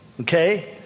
okay